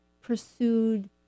pursued